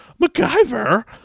MacGyver